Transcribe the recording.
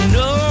no